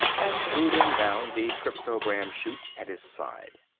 and threw them down the cryptogram-shute at his side.